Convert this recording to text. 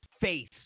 face